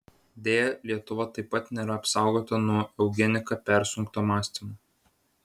deja lietuva taip pat nėra apsaugota nuo eugenika persunkto mąstymo